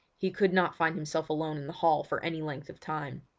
he could not find himself alone in the hall for any length of time.